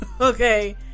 Okay